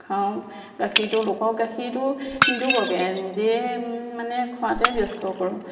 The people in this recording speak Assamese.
খাওঁ গাখীৰটো লোকক গাখীৰটো নিদো বৰকে নিজেই মানে খোৱাতে ব্যস্ত কৰোঁ